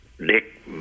dick